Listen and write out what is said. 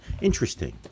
Interesting